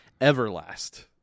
everlast